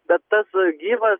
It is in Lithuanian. bet tas gyvas